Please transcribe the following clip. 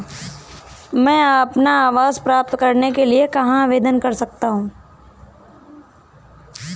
मैं अपना आवास प्राप्त करने के लिए कहाँ आवेदन कर सकता हूँ?